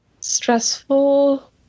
stressful